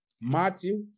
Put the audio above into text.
Matthew